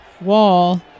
wall